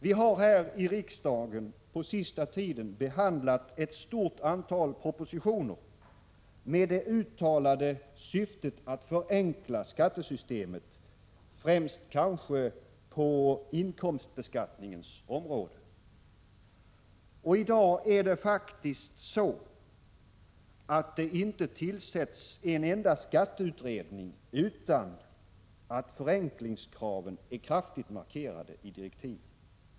Vi har här i riksdagen på senaste tiden behandlat ett stort antal propositioner med det uttalade syftet att förenkla skattesystemet, kanske främst på inkomstbeskattningens område. Och i dag är det faktiskt så att det inte tillsätts en enda skatteutredning utan att förenklingskraven är kraftigt markerade i direktiven.